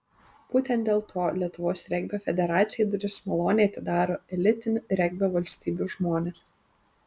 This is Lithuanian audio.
būtent dėl to lietuvos regbio federacijai duris maloniai atidaro elitinių regbio valstybių žmonės